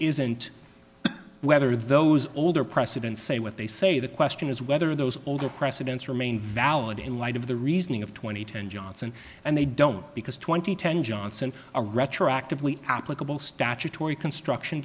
isn't whether those older precedents say what they say the question is whether those older precedents remain valid in light of the reasoning of two thousand and ten johnson and they don't because twenty ten johnson are retroactively applicable statutory construction